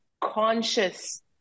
conscious